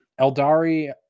Eldari